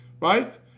right